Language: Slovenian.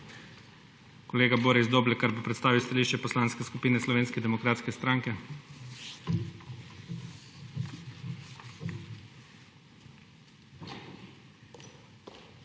Kolega Boris Doblekar bo predstavil stališče Poslanske skupine Slovenske demokratske stranke.